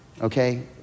Okay